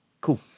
Cool